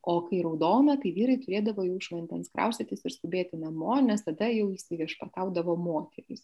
o kai raudona tai vyrai turėdavo jau iš vandens kraustytis ir skubėti namo nes tada jau įsiviešpataudavo moterys